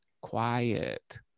quiet